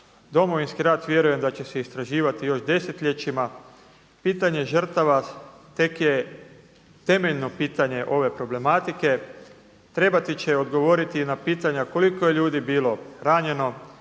Domovinski rat vjerujem da će se istraživati još desetljećima. Pitanje žrtava tek je temeljno pitanje ove problematike. Trebat će odgovoriti na pitanja koliko je ljudi bilo ranjeno,